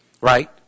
right